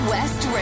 West